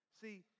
See